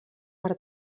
per